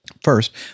First